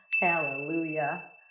Hallelujah